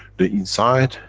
the inside,